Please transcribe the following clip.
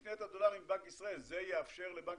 תקנה אותם מבנק ישראל וזה יאפשר לבנק